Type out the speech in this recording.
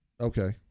Okay